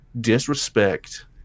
disrespect